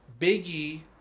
Biggie